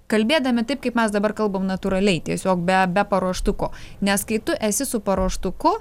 kalbėdami taip kaip mes dabar kalbam natūraliai tiesiog be be paruoštuko nes kai tu esi su paruoštuku